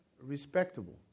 respectable